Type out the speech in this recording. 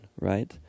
right